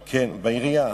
כן, בעירייה.